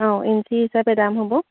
অঁ ইঞ্চি হিচাপে দাম হ'ব